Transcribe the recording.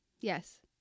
Yes